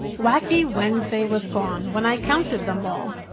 wacky wednesday was gone when i counted them all.